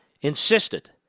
insisted